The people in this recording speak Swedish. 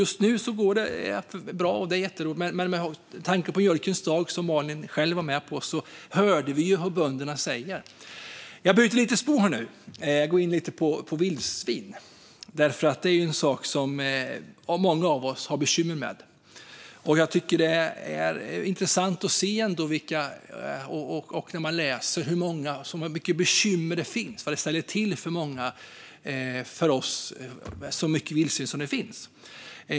Just nu går det bra, och det är jätteroligt. Men på mjölkens dag, som Malin själv var med på, hörde vi ju vad bönderna sa. Jag byter lite spår nu och går in lite på vildsvin, som många av oss har bekymmer med. Det är intressant att läsa om hur mycket bekymmer det finns och hur det ställer till det för många av oss med så mycket vildsvin som det finns.